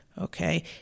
okay